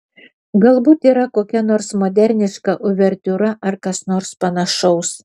galbūt yra kokia nors moderniška uvertiūra ar kas nors panašaus